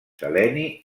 seleni